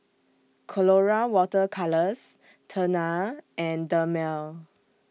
Colora Water Colours Tena and Dermale